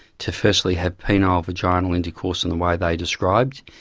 to firstly have penile-vaginal intercourse in the way they described?